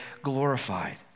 glorified